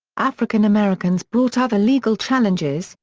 african americans brought other legal challenges,